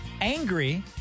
angry